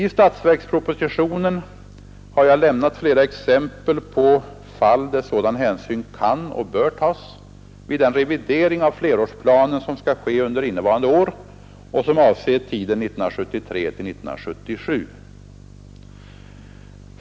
I statsverkspropositionen har jag lämnat flera exempel på fall där sådan hänsyn kan och bör tas vid den revidering av flerårsplanen som skall göras under innevarande år och som avser tiden 1973-1977.